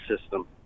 system